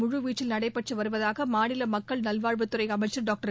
முழுவீச்சில் நடைபெற்று வருவதாக மாநில மக்கள் நல்வாழ்வுத்துறை அமைச்சர் டாக்டர்